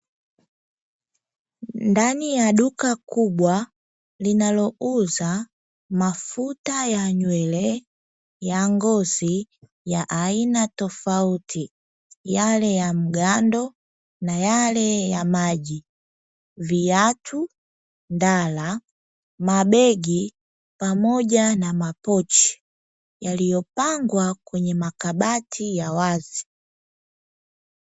Ndani ya duka kubwa linalouza mafuta ya nywele, ya ngozi ya aina tofauti, yale ya mgando na yale ya maji. Viatu, ndala, mabegi, pamoja na mapochi; yaliyopangwa kwenye makabati ya wazi.